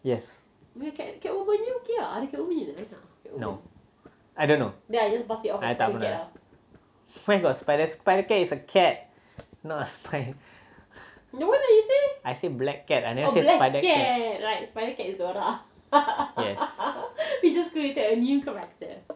yes no I don't know I tak pernah where got spider spider cat is cat not a spider I say black cat I never say spider yes